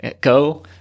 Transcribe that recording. go